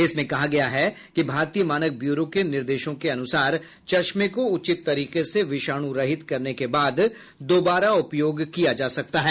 इसमें कहा गया है भारतीय मानक ब्यूरो के निर्देशों के अनुसार चश्मे को उचित तरीके से विषाणुरहित करने के बाद दोबारा उपयोग किया जा सकता है